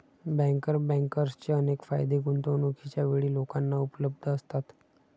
banker बँकर्सचे अनेक फायदे गुंतवणूकीच्या वेळी लोकांना उपलब्ध असतात